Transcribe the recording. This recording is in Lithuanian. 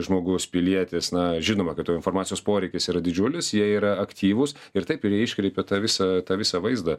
žmogaus pilietis na žinome kad tų informacijos poreikis yra didžiulis jie yra aktyvūs ir taip iškreipia tą visą tą visą vaizdą